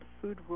Food